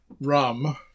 rum